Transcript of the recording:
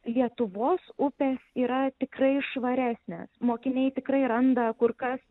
lietuvos upės yra tikrai švaresnės mokiniai tikrai randa kur kas